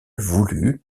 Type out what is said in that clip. voulu